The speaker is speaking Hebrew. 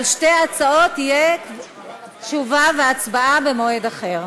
על שתי ההצעות יהיו תשובה והצבעה במועד אחר.